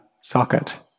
socket